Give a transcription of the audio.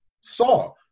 Saw